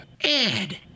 Ed